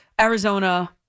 Arizona